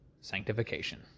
sanctification